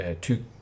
two